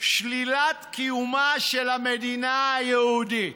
שלילת קיומה של המדינה היהודית: